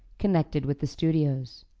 connected with the studios.